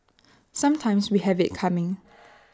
sometimes we have IT coming